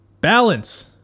balance